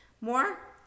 more